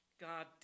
God